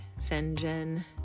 Senjen